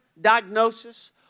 diagnosis